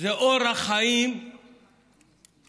זה אורח חיים שמתעצב